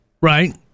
Right